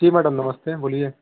जी madam नमस्ते बोलिए